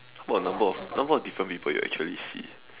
what number of number of different people you actually see